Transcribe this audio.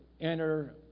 enter